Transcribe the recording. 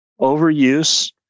overuse